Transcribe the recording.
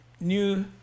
New